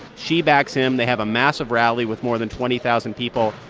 she backs him. they have a massive rally with more than twenty thousand people.